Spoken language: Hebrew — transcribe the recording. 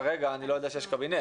כרגע אני לא יודע אם יש ישיבת קבינט.